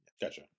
gotcha